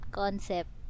concept